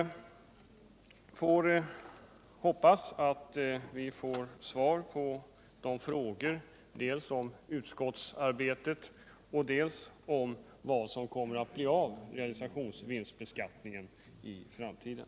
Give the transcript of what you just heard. Jag hoppas att vi får svar på våra frågor dels om utskottsarbetet, dels om vad som i framtiden kommer att ske när det gäller realisationsvinstbeskattningen.